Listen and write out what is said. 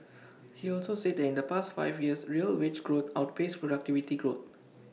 he also said that in the past five years real wage growth outpaced productivity growth